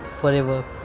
forever